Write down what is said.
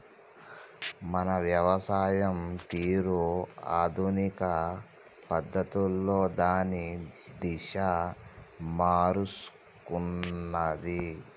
మన వ్యవసాయం తీరు ఆధునిక పద్ధతులలో దాని దిశ మారుసుకున్నాది